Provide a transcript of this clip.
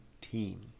team